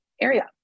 area